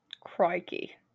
Crikey